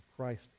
Christ